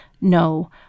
no